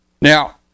now